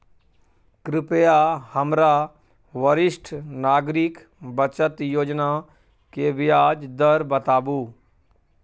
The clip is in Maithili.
कृपया हमरा वरिष्ठ नागरिक बचत योजना के ब्याज दर बताबू